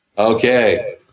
okay